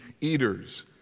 eaters